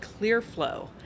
ClearFlow